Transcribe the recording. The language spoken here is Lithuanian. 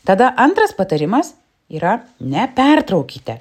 tada antras patarimas yra nepertraukite